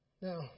Now